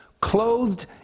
clothed